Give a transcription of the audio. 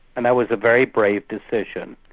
and that was a very brave decision.